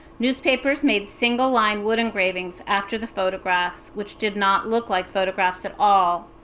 newspapers made single-line wood engravings after the photographs, which did not look like photographs at all.